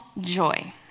joy